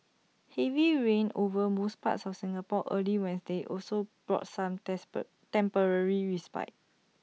heavy rain over most parts of Singapore early Wednesday also brought some despair temporary respite